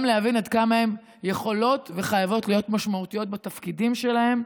גם להבין עד כמה הן יכולות וחייבות להיות משמעותיות בתפקידים שלהן,